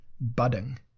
budding